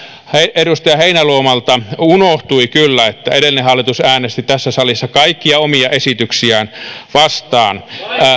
edustaja heinäluomalta unohtui kyllä että edellinen hallitus äänesti tässä salissa kaikkia omia esityksiään vastaan